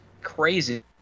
crazy